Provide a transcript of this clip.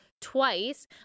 twice